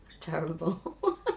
terrible